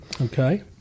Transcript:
Okay